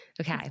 Okay